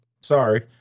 sorry